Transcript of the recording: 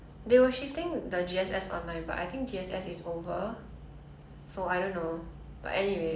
maybe there's like black friday oh cyber monday sales which will be